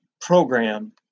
program